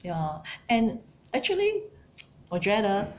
ya and actually 我觉得